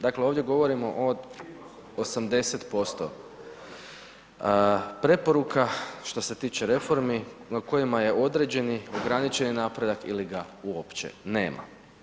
Dakle, ovdje govorimo o 80% preporuka što se tiče reformi na kojima je određeni ograničeni napredak ili ga uopće nema.